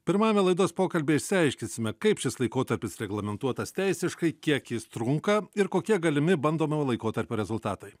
pirmajame laidos pokalbyje išsiaiškinsime kaip šis laikotarpis reglamentuotas teisiškai kiek jis trunka ir kokie galimi bandomojo laikotarpio rezultatai